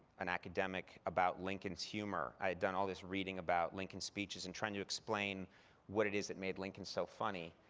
an academic about lincoln's humor. i had done all this reading about lincoln's speeches, and trying to explain what it is that made lincoln so funny.